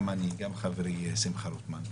גם אני וגם חברי שמחה רוטמן,